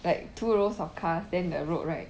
like two rows of cars then the road right